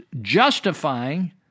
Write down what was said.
justifying